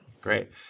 Great